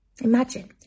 Imagine